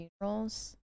funerals